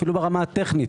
אפילו טכנית.